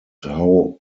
how